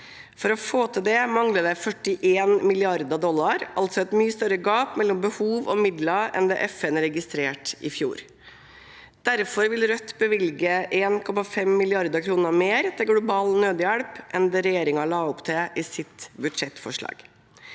For å få til det mangler det 41 mrd. dollar. Det er altså et mye større gap mellom behov og midler enn det FN registrerte i fjor. Derfor vil Rødt bevilge 1,5 mrd. kr mer til global nødhjelp enn det regjeringen la opp til i sitt budsjettforslag.